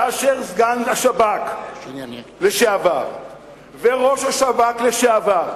כאשר סגן ראש השב"כ לשעבר וראש השב"כ לשעבר